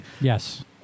Yes